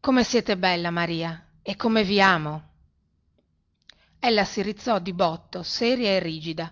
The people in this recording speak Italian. come siete bella maria e come vi amo ella si rizzò di botto seria e rigida